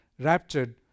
raptured